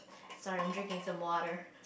sorry I'm drinking some water